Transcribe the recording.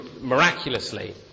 miraculously